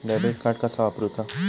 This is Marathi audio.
डेबिट कार्ड कसा वापरुचा?